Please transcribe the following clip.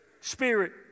spirit